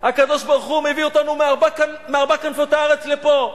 הקדוש-ברוך-הוא מביא אותנו, מארבע כנפות הארץ לפה.